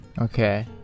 Okay